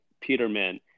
Peterman